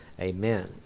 amen